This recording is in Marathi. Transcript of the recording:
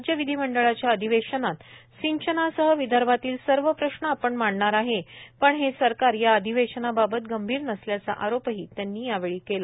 राज्यविधीमंडळाच्या अधिवेशनात सिंचनासह विदर्भातील सर्व प्रश्न आपण मांडणार आहे पण हे सरकार या अधिवेशनाबाबात गंभीर नसल्याचा आरोपही देवेद्र फडणवीस यांनी यावेळी केला